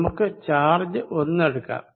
നമുക്ക് ചാർജ് ഒന്ന് എടുക്കാം